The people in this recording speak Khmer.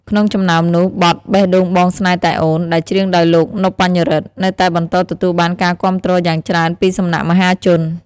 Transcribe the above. ក្នុងចំណោមនោះ បទ "បេះដូងបងស្នេហ៍តែអូន" ដែលច្រៀងដោយលោក ណុប បាយ៉ារិទ្ធ នៅតែបន្តទទួលបានការគាំទ្រយ៉ាងច្រើនពីសំណាក់មហាជន។